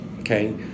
Okay